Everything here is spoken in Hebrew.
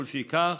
לפיכך,